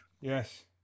Yes